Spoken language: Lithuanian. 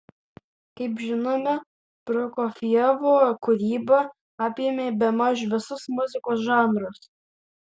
kaip žinome prokofjevo kūryba apėmė bemaž visus muzikos žanrus